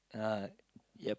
uh yup